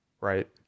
Right